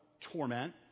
torment